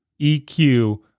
EQ